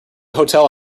hotel